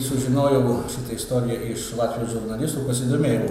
sužinojau šitą istoriją iš latvijos žurnalistų pasidomėjau